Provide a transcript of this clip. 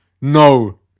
no